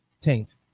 Taint